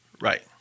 Right